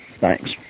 Thanks